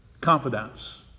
Confidence